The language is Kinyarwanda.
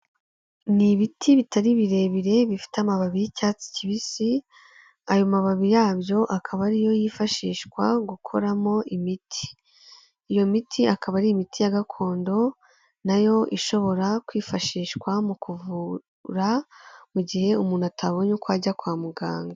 Ni ibiti bitari birebire bifite amababi y'icyatsi kibisi, ayo mababi yabyo akaba ariyo yifashishwa gukoramo imiti, iyo miti akaba ari imiti ya gakondo, nayo ishobora kwifashishwa mu kuvura mu gihe umuntu atabonye uko ajya kwa muganga.